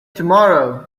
tomorrow